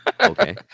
Okay